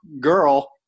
girl